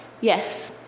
Yes